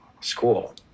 school